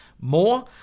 more